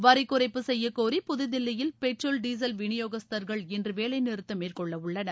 வரிக்குறைப்பு செய்யக்கோரி புதுதில்லியில் petrol diesel விநியோகஸ்த்தர்கள் இன்று வேலை நிறுத்தம் மேற்கொள்ள உள்ளனர்